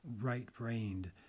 right-brained